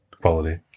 quality